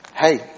hey